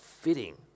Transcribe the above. fitting